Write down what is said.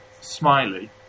Smiley